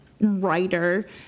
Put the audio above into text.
writer